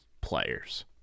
players